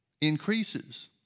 increases